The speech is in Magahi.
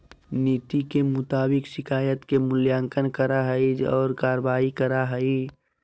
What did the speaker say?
नीति के मुताबिक शिकायत के मूल्यांकन करा हइ और कार्रवाई करा हइ